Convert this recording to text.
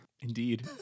Indeed